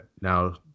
now